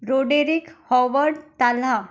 Roderick Howard Talha